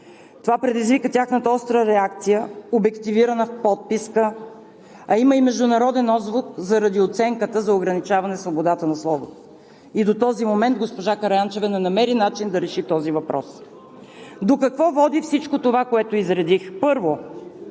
Това предизвика тяхната остра реакция, обективирана в подписка, а има и международен отзвук заради оценката за ограничаване свободата на словото. И до този момент госпожа Караянчева не намери начин да реши този въпрос. До какво води всичко това, което изредих?